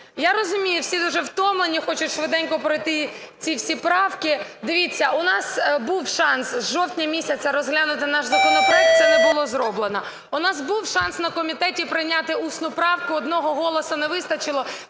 Я розумію, всі дуже втомлені, хочуть швиденько пройти ці всі правки. Дивіться, у нас був шанс з жовтня місяця розглянути наш законопроект. Це не було зроблено. У нас був шанс на комітеті прийняти усну правку. Одного голосу не вистачило,